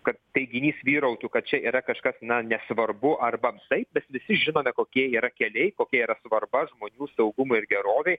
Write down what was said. kad teiginys vyrautų kad čia yra kažkas na nesvarbu arba taip mes visi žinome kokie yra keliai kokia yra svarba žmonių saugumui ir gerovei